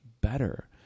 better